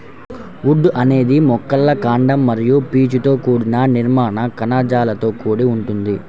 would అనేది మొక్కల కాండం మరియు పీచుతో కూడిన నిర్మాణ కణజాలంతో కూడుకొని ఉంటుంది